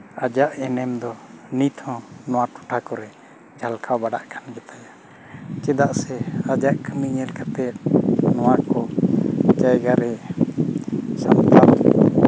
ᱟᱡᱟᱜ ᱮᱱᱮᱢ ᱫᱚ ᱱᱤᱛ ᱦᱚᱸ ᱱᱚᱣᱟ ᱴᱚᱴᱷᱟ ᱠᱚᱨᱮᱜ ᱡᱷᱟᱞᱠᱟᱣ ᱵᱟᱲᱟᱜ ᱠᱟᱱ ᱜᱮᱭᱟ ᱪᱮᱫᱟᱜ ᱥᱮ ᱟᱡᱟᱜ ᱠᱟᱹᱢᱤ ᱧᱮᱞ ᱠᱟᱛᱮ ᱱᱚᱣᱟ ᱠᱚ ᱡᱟᱭᱜᱟ ᱨᱮ ᱥᱟᱱᱛᱟᱲ